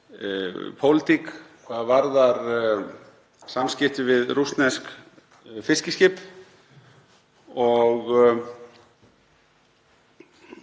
pólitík hvað varðar samskipti við rússnesk fiskiskip.